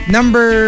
Number